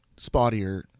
spottier